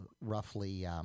roughly—